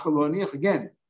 Again